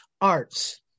arts